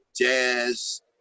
jazz